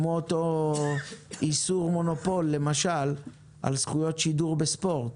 כמו למשל אותו איסור מונופול על זכויות שידור בספורט?